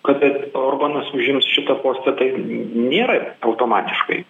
kad ir orbanas užims šitą postą tai nėra automatiškai